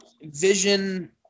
vision